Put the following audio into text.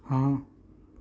ਹਾਂ